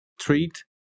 treat